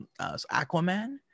Aquaman